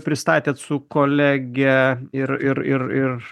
pristatėt su kolege ir ir ir ir